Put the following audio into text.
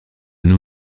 nos